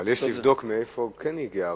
אבל יש לבדוק מאיפה זה כן הגיע.